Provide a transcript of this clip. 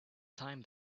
time